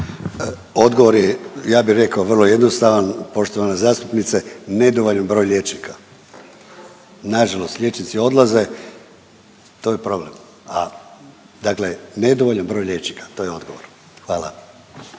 Odgovor je ja bi rekao vrlo jednostavan, poštovana zastupnice nedovoljan broj liječnika. Nažalost, liječnici odlaze, to je problem, a dakle nedovoljan broj liječnika, to je odgovor, hvala.